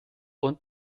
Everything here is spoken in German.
und